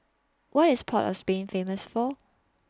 What IS Port of Spain Famous For